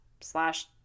Slash